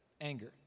anger